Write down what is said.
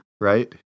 Right